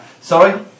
sorry